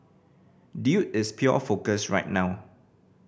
dude is pure focus right now